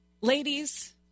Ladies